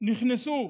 ונכנסו